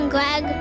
Greg